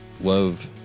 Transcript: love